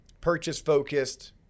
purchase-focused